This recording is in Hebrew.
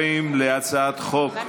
הרי ההסכמים הקואליציוניים שאותם ראינו